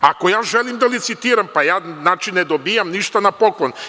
Ako ja želim da licitiram, pa je znači ne dobijam ništa na poklon.